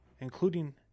including